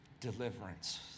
Deliverance